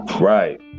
Right